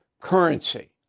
currency